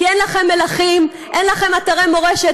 כי אין לכם מלכים, אין לכם אתרי מורשת.